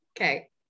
okay